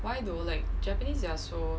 why though like japanese they are so